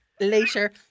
later